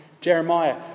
Jeremiah